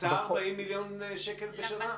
הוקצו 40 מיליון שקלים בשנה?